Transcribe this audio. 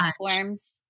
platforms